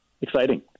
exciting